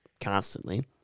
constantly